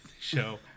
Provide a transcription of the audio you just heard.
show